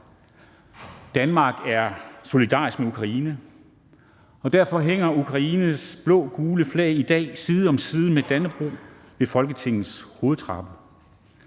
Danmark er solidarisk med Ukraine, og derfor hænger Ukraines blå-gule flag i dag side om side med Dannebrog ved Folketingets hovedtrappe;